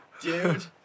Dude